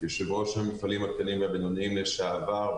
יושב-ראש המפעלים הקטנים והבינוניים לשעבר,